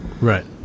Right